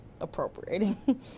appropriating